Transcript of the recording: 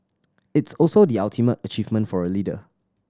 it's also the ultimate achievement for a leader